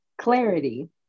clarity